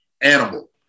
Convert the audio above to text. animal